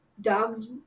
dogs